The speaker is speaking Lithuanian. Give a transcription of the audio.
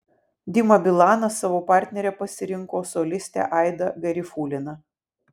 dima bilanas savo partnere pasirinko solistę aidą garifuliną